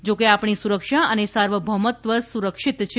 જો કે આપણી સુરક્ષા અને સાર્વભૌમત્વ સુરક્ષીત છે